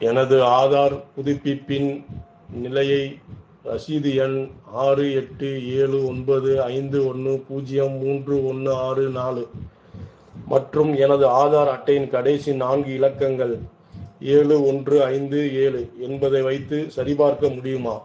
எனது ஆதார் புதுப்பிப்பின் நிலையை ரசீது எண் ஆறு எட்டு ஏழு ஒன்பது ஐந்து ஒன்று பூஜ்ஜியம் மூன்று ஒன்று ஆறு நாலு மற்றும் எனது ஆதார் அட்டையின் கடைசி நான்கு இலக்கங்கள் ஏழு ஒன்று ஐந்து ஏழு என்பதை வைத்து சரிபார்க்க முடியுமா